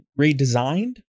redesigned